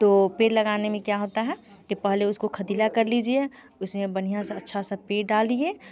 तो पेड़ लगाने में क्या होता है कि पहले उसको खतिला कर लीजिए उसमें बढ़िया सा अच्छा सा पेड़ डालिए